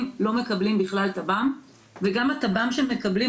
לא מקבלים בכלל טב"מ וגם הטב"מ שהם מקבלים,